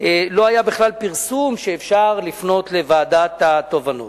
לא היה בכלל פרסום, שאפשר לפנות לוועדת התובענות.